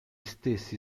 stessi